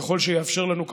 ככל שיאפשר לנו הזמן,